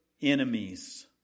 enemies